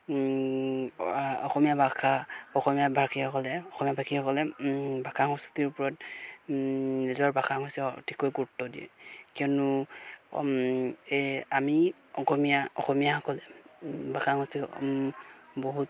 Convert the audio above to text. অসমীয়া ভাষা অসমীয়া ভাষীসকলে অসমীয়া ভাষীসকলে ভাষা সংস্কৃতিৰ ওপৰত নিজৰ ভাষা সংস্কৃতি অতিকৈ গুৰুত্ব দিয়ে কিয়নো এই আমি অসমীয়া অসমীয়াসকলে ভাষা সংস্কৃতিক বহুত